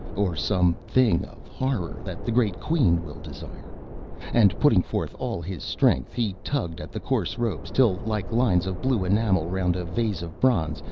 or some thing of horror that the great queen will desire and putting forth all his strength, he tugged at the coarse ropes till, like lines of blue enamel round a vase of bronze,